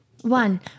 One